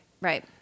Right